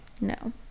no